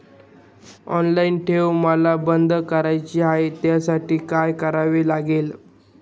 Online ठेव मला बंद करायची आहे, त्यासाठी काय करावे लागेल?